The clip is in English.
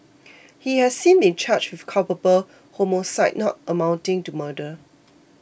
he has since been charged with culpable homicide not amounting to murder